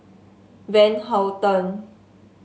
Van Houten